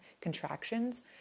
contractions